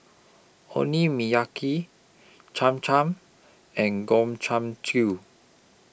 Cham Cham and Gobchang